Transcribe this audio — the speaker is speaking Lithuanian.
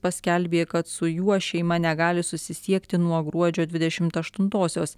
paskelbė kad su juo šeima negali susisiekti nuo gruodžio dvidešimt aštuntosios